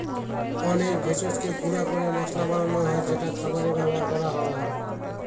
অনেক ভেষজকে গুঁড়া করে মসলা বানানো হয় যেটা খাবারে ব্যবহার করা হয়